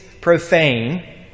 profane